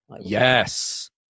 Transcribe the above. Yes